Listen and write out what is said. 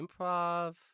improv